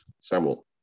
Samuel